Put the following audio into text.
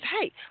hey